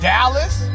Dallas